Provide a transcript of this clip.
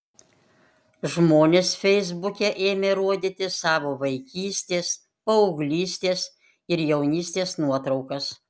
žmonės feisbuke ėmė rodyti savo vaikystės paauglystės ir jaunystės nuotraukas